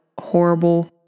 horrible